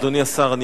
אדוני השר,